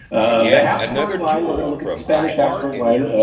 ah the habsburg line, we're going to look at the spanish habsburg line,